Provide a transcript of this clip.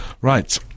Right